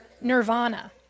nirvana